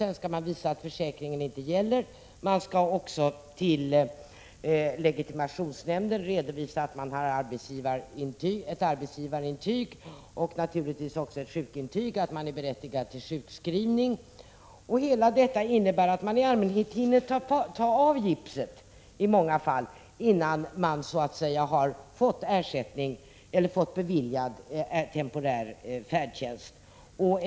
När man vill visa att försäkringen inte gäller skall man också till legitimationsnämnden redovisa ett arbetsgivarintyg, liksom ett sjukintyg som visar att man är berättigad till sjukskrivning. Allt detta är så omständligt att man i allmänhet hinner ta bort gipset innan man fått temporär färdtjänst beviljad.